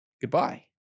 goodbye